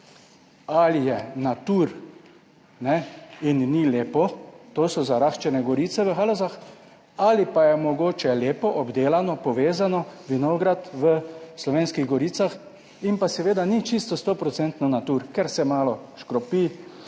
ali je natur, ne in ni lepo, to so zaraščene gorice v Halozah ali pa je mogoče lepo obdelano, povezano, vinograd v Slovenskih goricah in pa seveda ni čisto 100 % natur, ker se malo škropi,